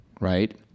Right